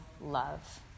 love